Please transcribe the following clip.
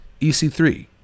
EC3